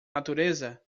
natureza